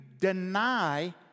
deny